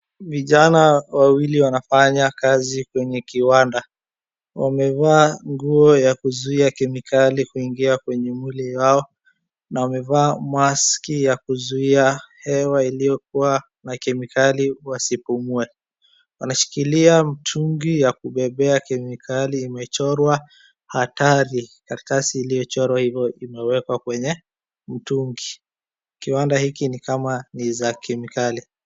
Vijana wawili wanafanya kazi kwenye kiwanda. Wamevaa nguo ya kuzuia kemikali kuingia kwenye mwili yao na wamevaa maski ya kuzuia hewa iliyokuwa na kemikali wasipumue. wanashikilia mtungi ya kubebea kemikali imechorwa hatari. Karatasi iliyochorwa hivo imewekwa kwenye mtungi. kiwanda hiki ni kama ni za kemikali.